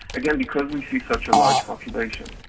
again because we see such a large population.